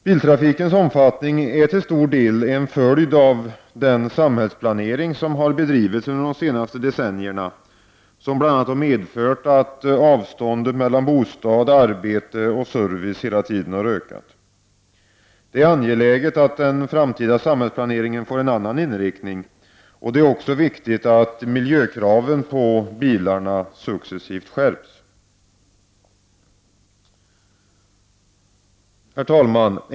Biltrafikens omfattning är till stor del en följd av den samhällsplanering som har bedrivits under de senaste decennierna och som bl.a. medfört att avstånden mellan bostad, arbete och service hela tiden ökat. Det är angeläget att den framtida samhällsplaneringen får en annan inriktning. Det är också viktigt att miljökraven på bilarna successivt skärps. Herr talman!